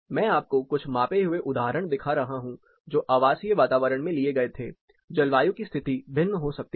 मैं आपको कुछ मापे हुए उदाहरण दिखा रहा हूं जो आवासीय वातावरण में लिए गए थे जलवायु की स्थिति भिन्न हो सकती है